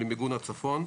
למיגון הצפון.